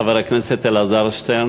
חבר הכנסת אלעזר שטרן,